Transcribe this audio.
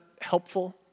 helpful